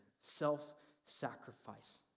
self-sacrifice